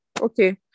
Okay